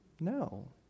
No